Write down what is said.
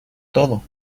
todo